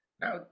Now